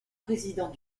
président